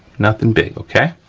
nothing big, okay.